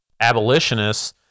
abolitionists